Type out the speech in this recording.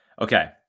okay